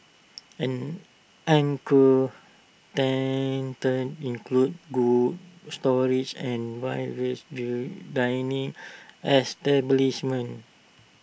an anchor tenants include cold storage and various view dining establishments